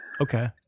Okay